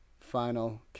final